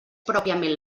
pròpiament